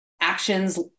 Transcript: actions